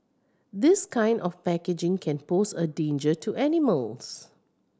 this kind of packaging can pose a danger to animals